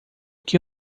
que